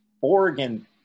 Oregon